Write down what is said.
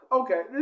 okay